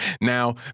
Now